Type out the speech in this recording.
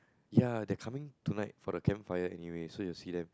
ya they're coming tonight for the campfire tonight anyway so you'll see them